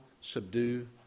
subdue